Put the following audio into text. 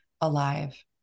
alive